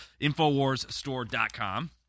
InfowarsStore.com